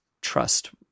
trust